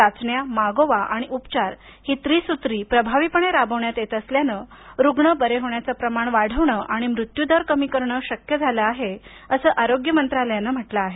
चाचण्या मागोवा आणि उपचार ही त्रिसूत्री प्रभावीपणे राबविण्यात येत असल्यानंरुग्ण बरे होण्याचे प्रमाण वाढवणं आणि मृत्यू दर कमी करणं शक्य झाल आहेअसं आरोग्य मंत्रालयानं म्हटलं आहे